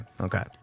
okay